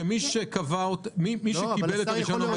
שמי שקיבל את הרישיון עומד בהם.